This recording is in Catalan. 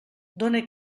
done